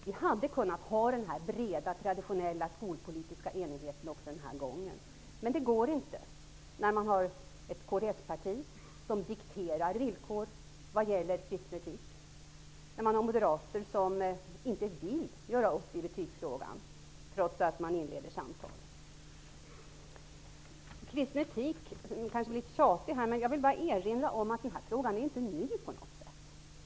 Vi hade kunnat få den breda traditionella skolpolitiska enigheten den här gången också, men det går inte när kds dikterar villkor när det gäller kristen etik och när det finns moderater som inte vill göra upp i betygsfrågan, trots att man inleder samtal. Jag kanske blir litet tjatig här, men jag vill bara erinra om att frågan om kristen etik inte är ny på något sätt.